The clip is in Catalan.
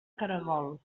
caragol